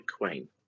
queen